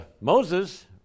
Moses